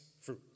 fruit